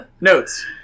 Notes